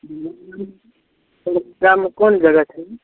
मिथिलामे कोन जगह छै